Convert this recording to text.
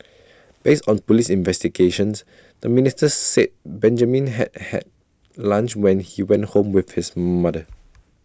based on Police investigations the minister said Benjamin had had lunch when he went home with his mother